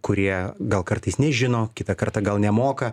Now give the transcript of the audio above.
kurie gal kartais nežino kitą kartą gal nemoka